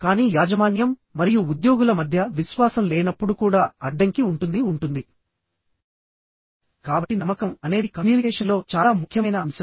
కానీ యాజమాన్యం మరియు ఉద్యోగుల మధ్య విశ్వాసం లేనప్పుడు కూడా అడ్డంకి ఉంటుంది ఉంటుంది కాబట్టి నమ్మకం అనేది కమ్యూనికేషన్లో చాలా ముఖ్యమైన అంశం